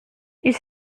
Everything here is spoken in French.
ils